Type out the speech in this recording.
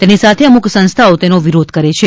તેની સાથે અમુક સં સ્થાઓ તેનો વિરોધ કરે છે